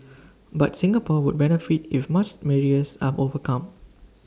but Singapore would benefit if much barriers are overcome